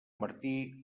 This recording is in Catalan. martí